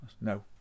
No